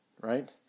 right